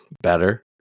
better